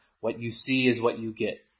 what-you-see-is-what-you-get